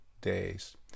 days